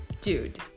dude